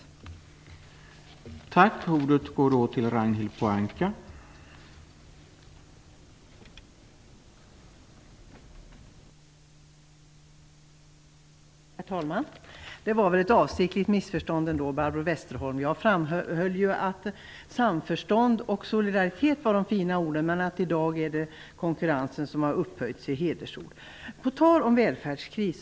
Det verkar också som om det finns stöd i riksdagen för det.